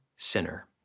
Sinner